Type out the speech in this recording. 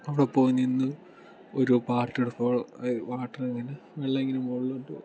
അവിടെ പോയി നിന്ന് ഒരു പാട്ടിടുമ്പോൾ വാട്ടർ ഇങ്ങനെ വെള്ളം ഇങ്ങനെ മുകളിലോട്ട്